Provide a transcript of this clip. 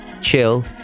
Chill